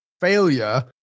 failure